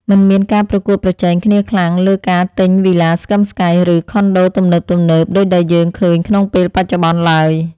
មិនមានការប្រកួតប្រជែងគ្នាខ្លាំងលើការទិញវីឡាស្កឹមស្កៃ ឬខុនដូទំនើបៗដូចដែលយើងឃើញក្នុងពេលបច្ចុប្បន្នឡើយ។